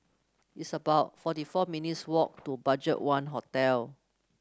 it's about forty four minutes walk to BudgetOne Hotel